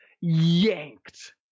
yanked